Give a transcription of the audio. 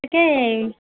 তাকেই